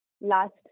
last